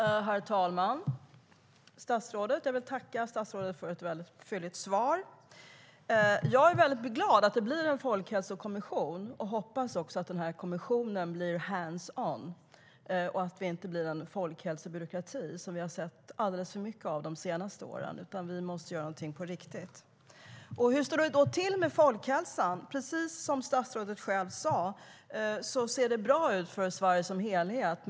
Hur står det då till med folkhälsan? Precis som statsrådet själv sade ser det bra ut för Sverige som helhet.